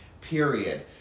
period